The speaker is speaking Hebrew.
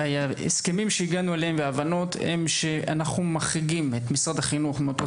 ההסכמים וההבנות שהגענו אליהם הם שאנחנו מחריגים את משרד החינוך מאותו